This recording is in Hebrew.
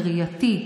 לראייתי,